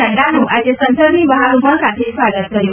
નક્રાનું આજે સંસદની બહાર ઉમળકાથી સ્વાગત કર્યું